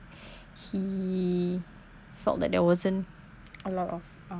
he felt that there wasn't a lot of um